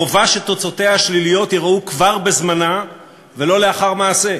חובה שתוצאותיה השליליות ייראו כבר בזמנה ולא לאחר מעשה,